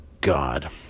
God